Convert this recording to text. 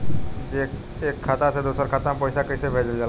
जी एक खाता से दूसर खाता में पैसा कइसे भेजल जाला?